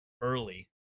early